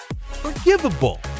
forgivable